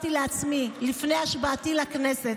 שהצבתי לעצמי לפני השבעתי לכנסת,